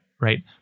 right